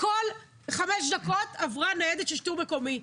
כל חמש דקות עברה ניידת של שיטור מקומי.